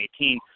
2018